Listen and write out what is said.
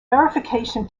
verification